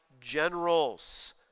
generals